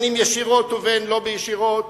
אם ישירות ואם לא ישירות.